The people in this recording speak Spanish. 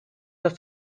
los